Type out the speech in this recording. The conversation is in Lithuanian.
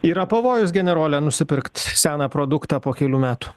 yra pavojus generole nusipirkt seną produktą po kelių metų